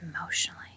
Emotionally